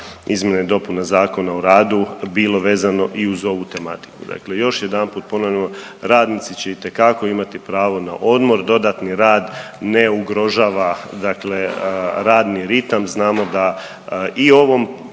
izmjena i dopuna Zakona o radu bilo vezano i uz ovu tematiku, dakle još jedanput ponavljamo, radnici će itekako imati pravo na odmor, dodatni rad ne ugrožava dakle radni ritam, znamo da i u ovom